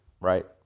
right